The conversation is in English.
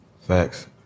facts